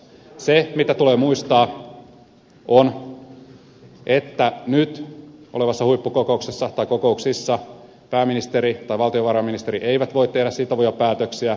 se mitä tulee muistaa on että nyt tulevissa huippukokouksissa pääministeri tai valtiovarainministeri eivät voi tehdä sitovia päätöksiä